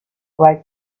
like